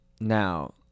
Now